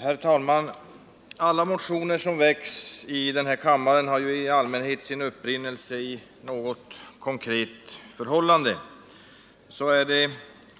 Herr talman! Motioner som väcks i den här kammaren har i allmänhet sin upprinnelse i något konkret förhållande. Så är det